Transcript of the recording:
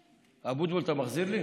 אבוטבול, אתה מחזיר לי?